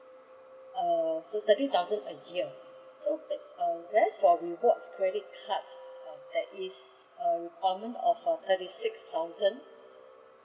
uh so thirty thousand a year so but uh whereas for rewards credit card uh that is uh requirement of uh thirty six thousand